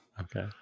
Okay